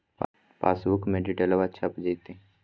पासबुका में डिटेल्बा छप जयते?